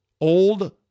old